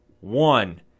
one